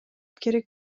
керек